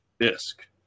disk